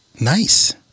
Nice